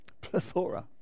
Plethora